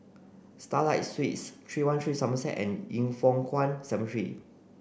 Starlight Suites three one three Somerset and Yin Foh Kuan Cemetery